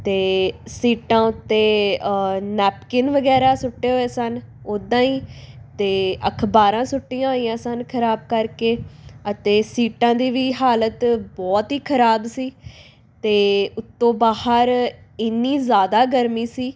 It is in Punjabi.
ਅਤੇ ਸੀਟਾਂ ਉੱਤੇ ਨੈਪਕਿਨ ਵਗੈਰਾ ਸੁੱਟੇ ਹੋਏ ਸਨ ਉੱਦਾਂ ਹੀ ਅਤੇ ਅਖਬਾਰਾਂ ਸੁੱਟੀਆਂ ਹੋਈਆਂ ਸਨ ਖਰਾਬ ਕਰਕੇ ਅਤੇ ਸੀਟਾਂ ਦੀ ਵੀ ਹਾਲਤ ਬਹੁਤ ਹੀ ਖਰਾਬ ਸੀ ਅਤੇ ਉੱਤੋਂ ਬਾਹਰ ਇੰਨੀ ਜ਼ਿਆਦਾ ਗਰਮੀ ਸੀ